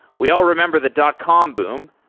we all remember the dot com boom.